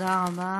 תודה רבה.